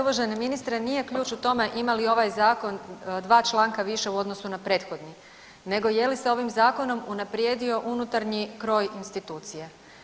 Uvaženi ministre nije ključ u tome ima li ovaj zakon dva članka više u odnosu na prethodni, nego je li se ovim zakonom unaprijedio unutarnji kroj institucije.